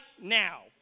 now